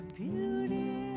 beauty